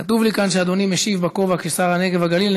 כתוב לי כאן שאדוני משיב בכובע של שר הנגב והגליל.